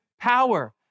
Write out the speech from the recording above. Power